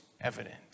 evident